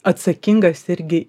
atsakingas irgi